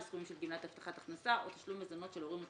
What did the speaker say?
בסכומים של גמלת הבטחת הכנסה או תשלום מזונות של הורים עצמאיים.